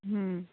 ହୁଁ